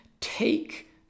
take